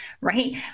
right